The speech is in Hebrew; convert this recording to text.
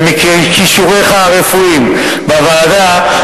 ומכישורך הרפואיים בוועדה,